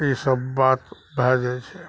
इसब बात भए जाए छै लिअऽ